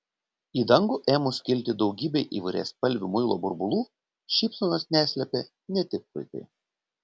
į dangų ėmus kilti daugybei įvairiaspalvių muilo burbulų šypsenos neslėpė ne tik vaikai